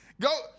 Go